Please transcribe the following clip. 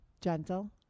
Gentle